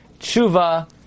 tshuva